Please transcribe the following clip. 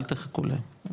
אל תחכו להם,